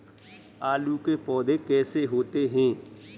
आलू के पौधे कैसे होते हैं?